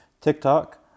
TikTok